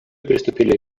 приступили